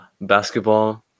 basketball